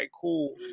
cool